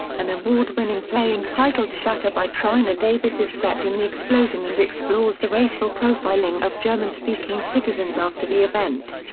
an award-winning play entitled shatter by trina davies is set in the explosion and explores the racial profiling of german-speaking citizens after the event.